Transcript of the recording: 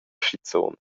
schizun